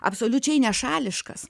absoliučiai nešališkas